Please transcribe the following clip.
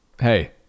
hey